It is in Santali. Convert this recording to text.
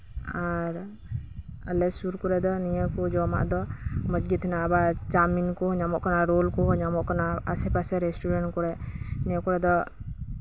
ᱟᱨ ᱟᱞᱮ ᱥᱩᱨ ᱠᱚᱨᱮ ᱫᱚ ᱱᱤᱭᱟᱹ ᱠᱚ ᱡᱚᱢᱟᱜ ᱫᱚ ᱢᱚᱸᱡᱽ ᱜᱮ ᱛᱟᱦᱮᱱᱟ ᱟᱵᱟᱨ ᱪᱟᱣᱢᱤᱱ ᱠᱚᱦᱚᱸ ᱛᱟᱦᱮᱱᱟ ᱨᱳᱞ ᱠᱚ ᱧᱟᱢᱚᱜ ᱠᱟᱱᱟ ᱟᱥᱮᱼᱯᱟᱥᱮ ᱨᱮᱥᱴᱩᱨᱮᱱᱴ ᱠᱚᱨᱮ ᱱᱤᱭᱟᱹ ᱠᱚᱨᱮ ᱫᱚ